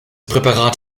präparat